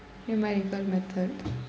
numerical method